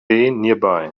nearby